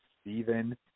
Stephen